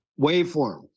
waveform